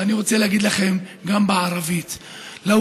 ואני רוצה להגיד לכם גם בערבית: (אומר בערבית: אילו